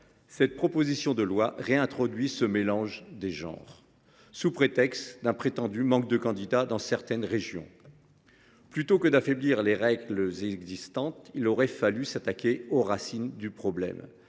cette proposition de loi réintroduit ce mélange des genres, sous prétexte qu’on manquerait prétendument de candidats dans certaines régions. Plutôt que d’affaiblir les règles existantes, il eût fallu s’attaquer aux racines du problème